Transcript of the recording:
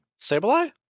sableye